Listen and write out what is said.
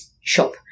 shop